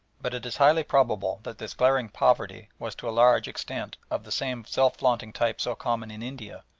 but it is highly probable that this glaring poverty was to a large extent of the same self-flaunting type so common in india,